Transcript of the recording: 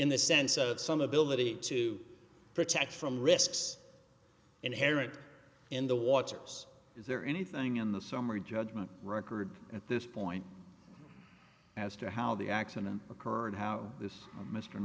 in the sense of some ability to protect from risks inherent in the waters is there anything in the summary judgment record at this point as to how the accident occurred and how this mr